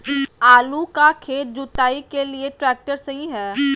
आलू का खेत जुताई के लिए ट्रैक्टर सही है?